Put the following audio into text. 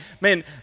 man